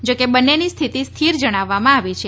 જો કે બંનેની સ્થિતિ સ્થિર જણાવવામાં આવી છે